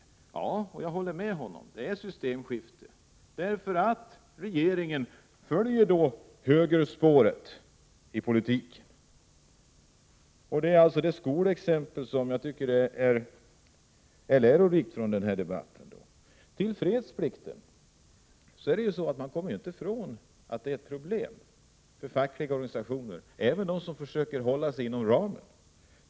Ja, jag håller med honom. Det är ett systemskifte, därför att regeringen följer högerspåret i politiken. Det är ett skolexempel i den här debatten som jag tycker är lärorikt. Så till fredsplikten. Man kommer inte ifrån att den är ett problem för fackliga organisationer, även för dem som försöker hålla sig inom ramen.